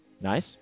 Nice